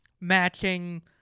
matching